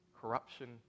corruption